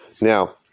Now